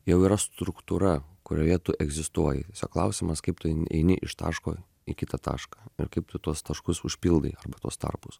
jau yra struktūra kurioje tu egzistuoji klausimas kaip tu eini iš taško į kitą tašką ir kaip tu tuos taškus užpildai tuos tarpus